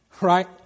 right